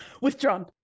Withdrawn